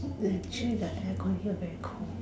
actually the air con here very cold